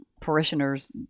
parishioners